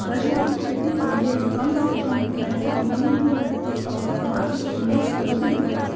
गजा के खेती के लेल कम से कम पैंसठ मिली मीटर के औसत मासिक मेघ जरूरी हई